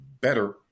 better